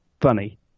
funny